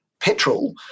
petrol